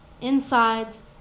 Insides